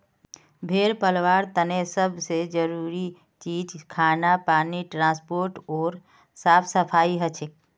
भेड़ पलवार तने सब से जरूरी चीज खाना पानी ट्रांसपोर्ट ओर साफ सफाई हछेक